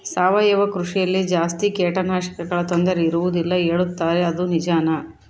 ಸಾವಯವ ಕೃಷಿಯಲ್ಲಿ ಜಾಸ್ತಿ ಕೇಟನಾಶಕಗಳ ತೊಂದರೆ ಇರುವದಿಲ್ಲ ಹೇಳುತ್ತಾರೆ ಅದು ನಿಜಾನಾ?